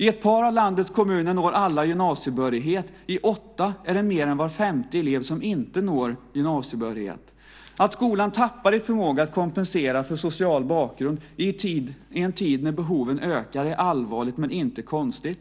I ett par av landets kommuner når alla gymnasiebehörighet, och i åtta är det mer än var femte elev som inte når gymnasiebehörighet. Att skolan tappar i förmåga att kompensera för social bakgrund i en tid när behoven ökar är allvarligt men inte konstigt.